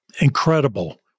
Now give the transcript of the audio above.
Incredible